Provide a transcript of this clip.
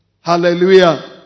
Hallelujah